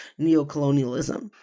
neocolonialism